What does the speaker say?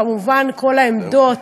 כמובן, כל העמדות,